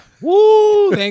Woo